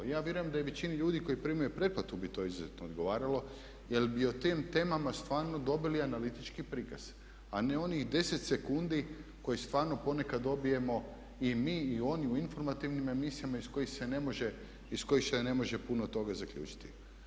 I ja vjerujem da i većini ljudi koji primaju pretplatu bi to izuzetno odgovaralo jer bi o tim temama stvarno dobili analitički prikaz a ne onih 10 sekundi koje stvarno ponekad dobijemo i mi i oni u informativnim emisijama iz kojih se ne može puno toga zaključiti.